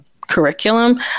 curriculum